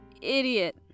idiot